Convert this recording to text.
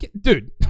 dude